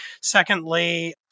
Secondly